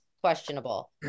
questionable